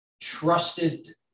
trusted